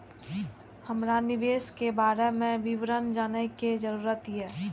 हमरा निवेश के बारे में विवरण जानय के जरुरत ये?